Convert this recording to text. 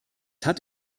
hat